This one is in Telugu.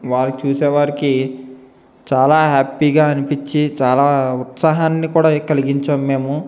వారు చూసే వారికి చాలా హ్యాపీగా అనిపించి చాలా ఉత్సాహాన్ని కూడా కలిగించాం మేము